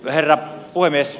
herra puhemies